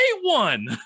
one